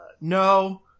No